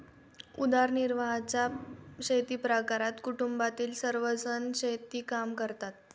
उदरनिर्वाहाच्या शेतीप्रकारात कुटुंबातील सर्वजण शेतात काम करतात